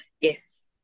Yes